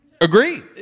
Agree